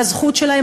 בזכות שלהם,